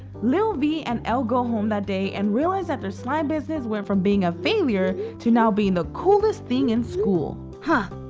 little vee and elle go home that day and realize that their slime business went from being a failure to now being the coolest thing in school. huh,